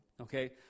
Okay